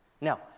Now